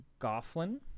Gofflin